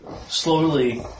slowly